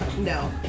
No